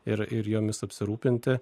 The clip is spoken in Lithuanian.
ir ir jomis apsirūpinti